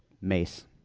Mace